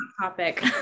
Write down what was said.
topic